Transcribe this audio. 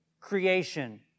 creation